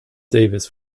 davis